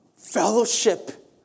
fellowship